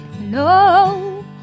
No